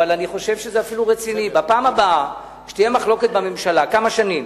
אבל אני חושב שזה אפילו רציני: בפעם הבאה שתהיה מחלוקת בממשלה כמה שנים